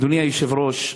אדוני היושב-ראש,